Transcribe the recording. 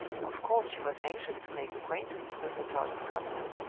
of course she was anxious to make acquaintance with her daughter's governess.